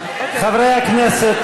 חברי הכנסת,